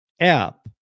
app